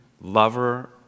lover